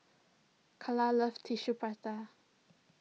Kala loves Tissue Prata